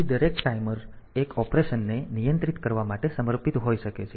તેથી દરેક ટાઈમર એક ઓપરેશનને નિયંત્રિત કરવા માટે સમર્પિત હોઈ શકે છે